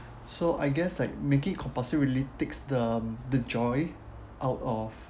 so I guess like making it compulsory really takes um the joy out of